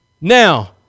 now